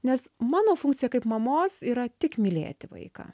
nes mano funkcija kaip mamos yra tik mylėti vaiką